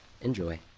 Enjoy